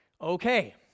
okay